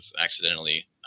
accidentally